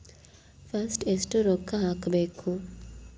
First ಎಷ್ಟು ರೊಕ್ಕ ಹಾಕಬೇಕು?